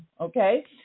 okay